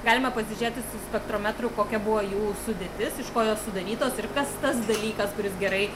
galima pasižiūrėti su spektrometru kokia buvo jų sudėtisiš ko jos sudarytos ir kas tas dalykas kuris gerai